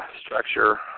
structure